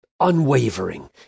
Unwavering